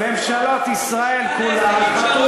ממשלות ישראל כולן חטאו,